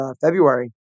February